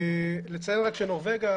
לציין רק שנורבגיה,